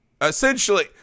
essentially